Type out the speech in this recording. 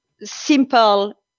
simple